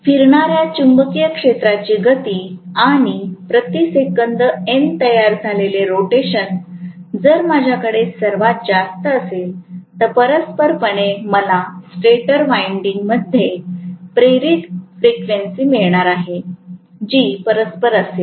फिरणाऱ्या चुंबकीय क्षेत्राची गती आणि प्रति सेकंद एन तयार झालेले रोटेशन जर माझ्याकडे सर्वात जास्त असेल तर परस्परपणे मला स्टेटर वाईन्डिन्ग मध्ये प्रेरित फ्रिक्वेंसी मिळणार आहे जी परस्पर असेल